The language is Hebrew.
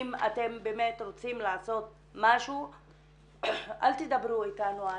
אם אתם באמת רוצים לעשות משהו אל תדברו איתנו על